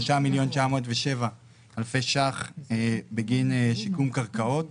3.907 מיליון שקלים בגין שיקום קרקעות